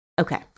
Okay